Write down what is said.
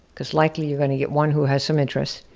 cause likely you're gonna get one who has some interest,